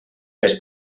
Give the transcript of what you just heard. les